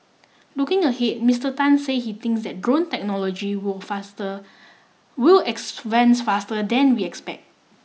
looking ahead Mister Tan say he thinks that drone technology will faster will advance faster than we expect